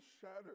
shattered